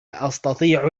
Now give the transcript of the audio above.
أستطيع